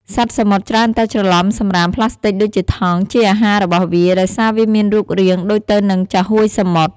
សត្វសមុទ្រច្រើនតែច្រឡំសំរាមប្លាស្ទិកដូចជាថង់ ជាអាហាររបស់វាដោយសារវាមានរូបរាងដូចទៅនឹងចាហួយសមុទ្រ។